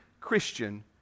Christian